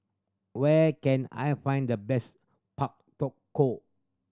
where can I find the best pak ko